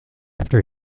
after